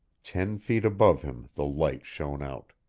ten feet above him the light shone out.